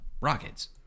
rockets